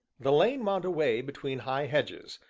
the lane wound away between high hedges,